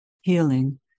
healing